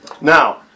now